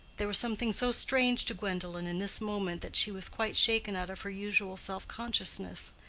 there was something so strange to gwendolen in this moment that she was quite shaken out of her usual self-consciousness.